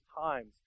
times